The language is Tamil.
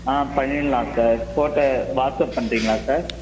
ஆ பண்ணிடலாம் சார் ஃபோட்டோ வாட்ஸ்அப் பண்ணுறிங்களா சார்